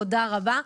תודה רבה.